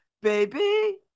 baby